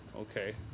Okay